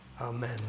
Amen